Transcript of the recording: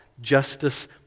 justice